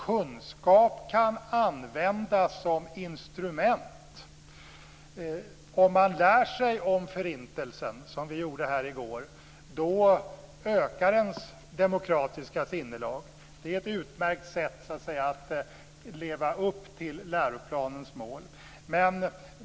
Kunskap kan användas som instrument. Om man lär sig om förintelsen, som vi gjorde här i går, då ökar ens demokratiska sinnelag. Det är ett utmärkt sätt att leva upp till läroplanens mål.